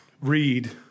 read